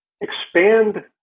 expand